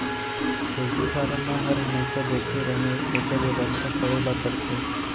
poultry farm म हर हमेसा बिजली रहय तेकर बेवस्था करे ल परथे